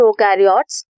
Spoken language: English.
prokaryotes